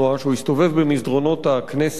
כשהוא הסתובב במסדרונות הכנסת